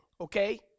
okay